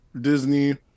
Disney